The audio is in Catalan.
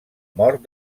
mort